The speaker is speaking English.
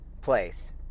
place